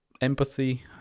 empathy